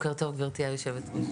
בוקר טוב גברתי היושבת ראש.